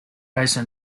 less